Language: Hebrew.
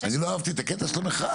אני לא אהבתי את הקטע של המחאה.